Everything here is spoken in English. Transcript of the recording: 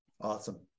Awesome